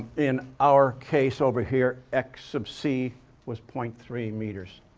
in our case over here, x sub c was point three meters.